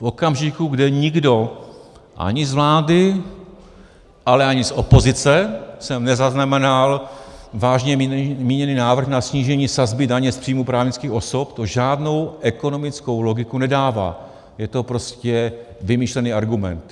V okamžiku, kdy nikdo ani z vlády, ale ani z opozice jsem nezaznamenal vážně míněný návrh na snížení sazby daně z příjmů právnických osob, to žádnou ekonomickou logiku nedává, je to prostě vymyšlený argument.